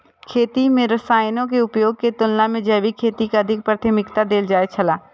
खेती में रसायनों के उपयोग के तुलना में जैविक खेती के अधिक प्राथमिकता देल जाय छला